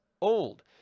old